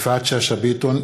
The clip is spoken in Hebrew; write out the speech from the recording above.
יפעת שאשא ביטון,